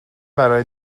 برای